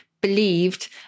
believed